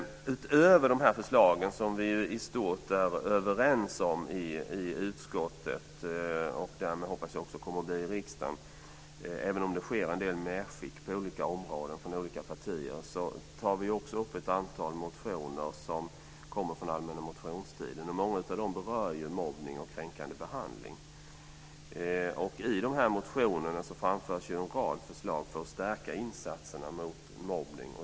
Utöver dessa förslag som vi i stort är överens om i utskottet, och som jag därmed hoppas kommer att bli riksdagens beslut, även om det sker en del medskick på olika områden från olika partier, tar vi också upp ett antal motioner som har väckts under allmänna motionstiden. Många av dem berör mobbning och kränkande behandling. I dessa motioner framförs en rad förslag för att stärka insatserna mot mobbning.